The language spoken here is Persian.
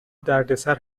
دردسر